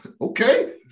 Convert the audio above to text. Okay